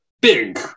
big